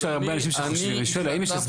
יש הרבה אנשים שחוששים.